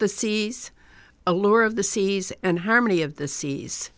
the seas allure of the seas and harmony of the seas